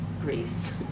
Greece